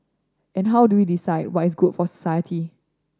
and how do we decide what is good for society